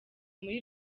muri